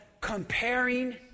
comparing